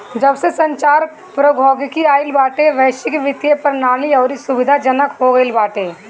जबसे संचार प्रौद्योगिकी आईल बाटे वैश्विक वित्तीय प्रणाली अउरी सुविधाजनक हो गईल बाटे